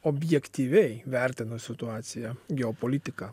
objektyviai vertina situaciją geopolitiką